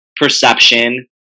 perception